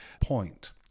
point